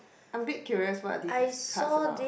I'm a bit curious what are these cards about